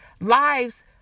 lives